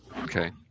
Okay